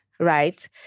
right